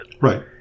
Right